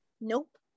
Nope